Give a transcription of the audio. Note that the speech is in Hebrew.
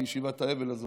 מישיבת האבל הזאת,